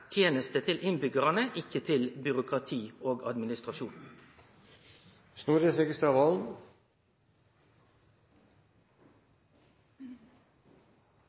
tenester til innbyggjarane, ikkje til byråkrati og